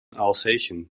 alsatian